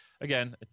Again